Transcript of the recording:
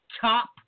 top